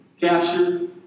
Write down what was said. captured